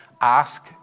ask